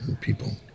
People